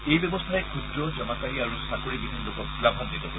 এই ব্যৱস্থাই ক্ষুদ্ৰ জমাকাৰী আৰু চাকৰি বিহীন লোকক লাভাঘিত কৰিব